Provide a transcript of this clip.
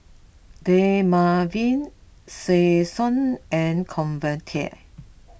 Dermaveen Selsun and Convatec